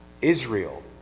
Israel